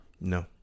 No